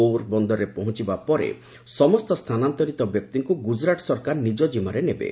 ପୋର ବନ୍ଦରରେ ପହଞ୍ଚିବା ପରେ ସମସ୍ତ ସ୍ଥାନାନ୍ତରିତ ବ୍ୟକ୍ତିଙ୍କୁ ଗୁଜରାଟ ସରକାର ନିକ ଜିମାରେ ନେବେ